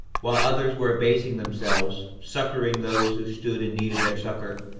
while others were abasing themselves, succoring those who stood in need of their succor,